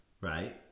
Right